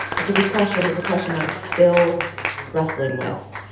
it's a good question. it's a question i'm still wrestling with.